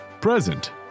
present